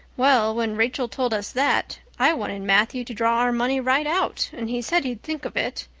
well, when rachel told us that, i wanted matthew to draw our money right out and he said he'd think of it.